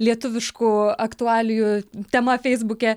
lietuviškų aktualijų tema feisbuke